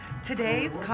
Today's